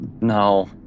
No